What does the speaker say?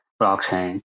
blockchain